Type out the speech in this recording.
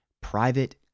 private